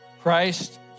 Christ